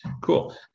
cool